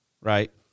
right